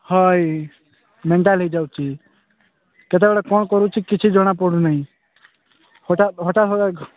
ହଁ ମେଣ୍ଟାଲ ହୋଇଯାଉଛି କେତେବେଳେ କ'ଣ କରୁଛି କିଛି ଜଣାପଡ଼ୁନାହିଁ ହଠାତ୍ ହଠାତ୍